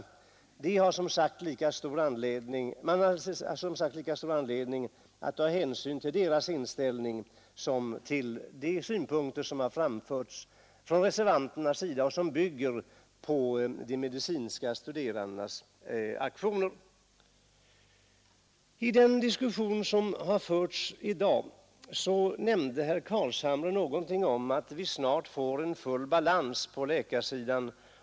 Vi har minst lika stor anledning att ta hänsyn till deras inställning som till de synpunkter som har framförts av reservanterna och som bygger på de medicine studerandenas aktioner. I den diskussion som förts i dag nämnde herr Carlshamre någonting om att vi snart får full balans på läkarsidan.